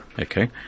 Okay